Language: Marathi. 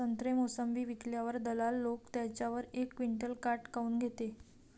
संत्रे, मोसंबी विकल्यावर दलाल लोकं त्याच्यावर एक क्विंटल काट काऊन घेते?